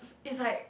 it's like